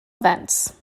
events